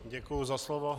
Děkuji za slovo.